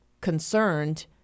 concerned